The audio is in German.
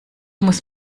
muss